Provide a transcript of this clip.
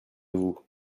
vous